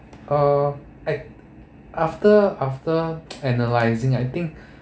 uh ac~ after after analysing I think